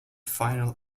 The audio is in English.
final